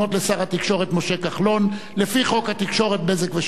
התקשורת משה כחלון לפי חוק התקשורת (בזק ושידורים),